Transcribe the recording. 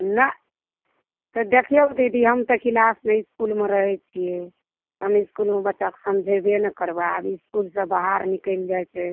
नहि तऽ देखियौ दीदी हम तऽ किलासमे इसकुलमे रहै छियै हम इसकुलमे बच्चाके समझेबै ने करबै आब इसकुल से बाहर निकलि जाइ छै